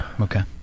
Okay